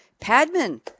Padman